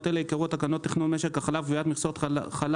אלה יקראו את תקנות תכנון משק החלב (קביעת מכסות חלב),